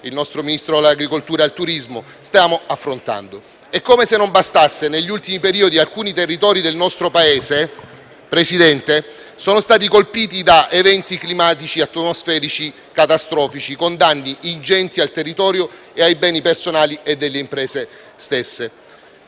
il nostro Ministro all'agricoltura e al turismo, si sta occupando. Presidente, come se non bastasse, negli ultimi periodi alcuni territori del nostro Paese sono stati colpiti da eventi climatici e atmosferici catastrofici, con danni ingenti al territorio e ai beni personali e delle imprese stesse.